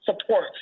support